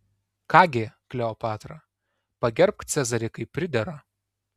ką gi kleopatra pagerbk cezarį kaip pridera